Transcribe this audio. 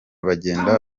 bagenda